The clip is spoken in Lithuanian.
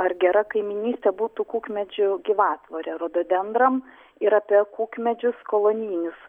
ar gera kaimynystė butų kukmedžių gyvatvorė rododendram ir apie kukmedžius kolonijinius